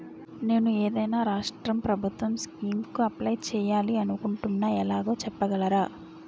నేను ఏదైనా రాష్ట్రం ప్రభుత్వం స్కీం కు అప్లై చేయాలి అనుకుంటున్నా ఎలాగో చెప్పగలరా?